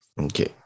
okay